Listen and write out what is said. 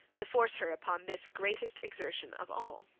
to force her upon this greatest exertion of all.